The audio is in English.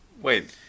Wait